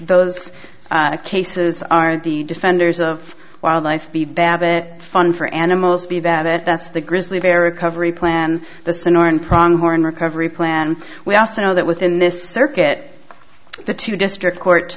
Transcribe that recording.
those cases are the defenders of wildlife the babbit fun for animals be that it that's the grizzly bear recovery plan the sonoran pronghorn recovery plan we also know that within this circuit the two district court